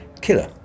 killer